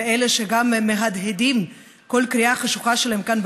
ואלה שגם מהדהדים כל קריאה חשוכה שלהם כאן,